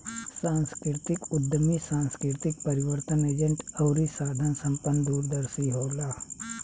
सांस्कृतिक उद्यमी सांस्कृतिक परिवर्तन एजेंट अउरी साधन संपन्न दूरदर्शी होला